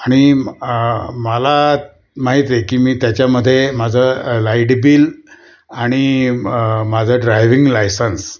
आणि मला माहीत आहे की मी त्याच्यामध्ये माझं लाईट बिल आणि माझं ड्रायविंग लायसन्स